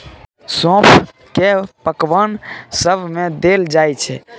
सौंफ केँ पकबान सब मे देल जाइ छै